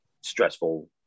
stressful